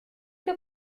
que